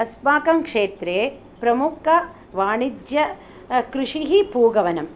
अस्माकं क्षेत्रे प्रमुखवाणिज्य कृषिः पूगवनं